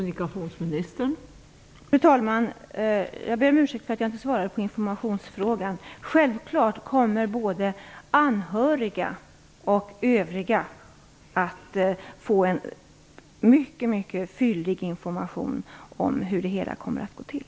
Fru talman! Jag ber om ursäkt för att jag inte svarade på frågan om information. Självfallet kommer både anhöriga och övriga att få en mycket fyllig information om hur det hela kommer att gå till.